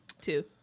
Two